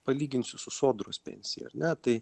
palyginsiu sodros pensija ar ne tai